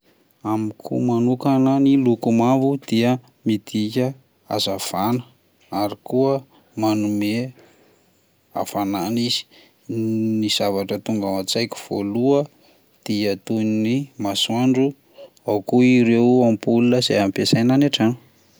Amiko manokana ny loko mavo dia midika hazavana ary koa manome hafanana izy, ny zavatra tonga ao an-tsaiko voaloha dia toy ny masoandro, ao koa ireo ampola izay ampiasaina any an-trano.